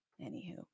Anywho